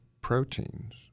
proteins